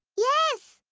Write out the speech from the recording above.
yes!